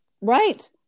Right